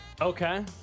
Okay